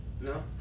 no